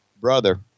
brother